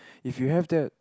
if you have that